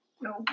No